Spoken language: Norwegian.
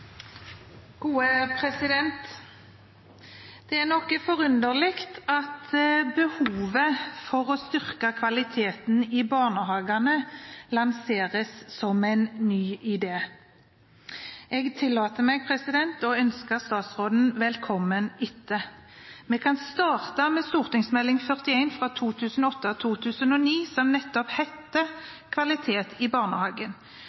gode dager med tid for lek og læring. Det er noe forunderlig at behovet for å styrke kvaliteten i barnehagene lanseres som en ny idé. Jeg tillater meg å ønske statsråden velkommen etter. Vi kan starte med St.meld. nr. 41 for 2008–2009, som nettopp het «Kvalitet i barnehagen».